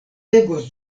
legos